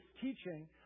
teaching